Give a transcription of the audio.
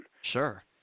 Sure